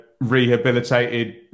rehabilitated